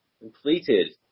completed